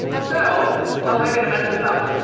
so how's that going to mess us out.